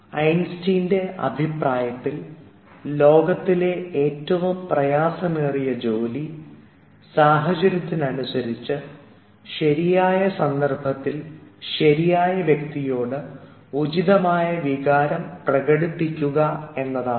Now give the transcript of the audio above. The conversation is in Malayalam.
ഐൻസ്റ്റീണിൻറെ അഭിപ്രായത്തിൽ ലോകത്തിലെ ഏറ്റവും പ്രയാസമേറിയ ജോലി സാഹചര്യത്തിനനുസരിച്ച് ശരിയായ സന്ദർഭത്തിൽ ശരിയായ വ്യക്തിയോട് ഉചിതമായ വികാരം പ്രകടിപ്പിക്കുന്നതാണ്